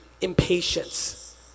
impatience